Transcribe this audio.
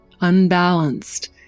unbalanced